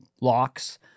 locks